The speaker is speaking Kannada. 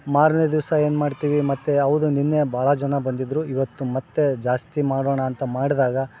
ಮಾರನೆ ದಿವಸ ಏನು ಮಾಡ್ತೀವಿ ಮತ್ತು ಹೌದು ನಿನ್ನೆ ಭಾಳ ಜನ ಬಂದಿದ್ರು ಇವತ್ತು ಮತ್ತು ಜಾಸ್ತಿ ಮಾಡೋಣ ಅಂತ ಮಾಡಿದಾಗ